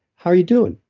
how are you doing?